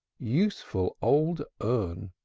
useful old urn!